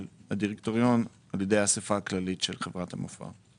הדירקטוריון על ידי האספה הכללית של חברת המפא"ר.